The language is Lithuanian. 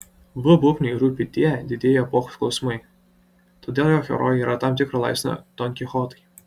v bubniui rūpi tie didieji epochos klausimai todėl jo herojai yra tam tikro laipsnio donkichotai